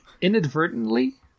Inadvertently